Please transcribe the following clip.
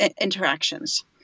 interactions